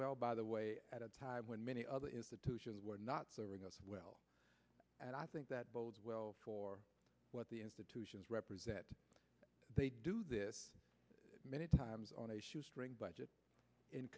well by the way at a time when many other institutions were not serving us well and i think that bodes well for what the institutions represent they do this many times on a shoestring budget in